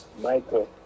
Michael